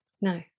No